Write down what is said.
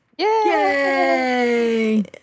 Yay